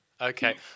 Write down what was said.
Okay